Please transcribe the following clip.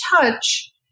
touch